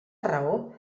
raó